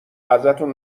ازتون